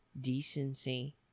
decency